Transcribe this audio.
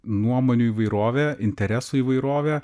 nuomonių įvairovė interesų įvairovė